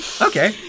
Okay